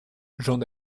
j’en